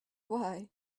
why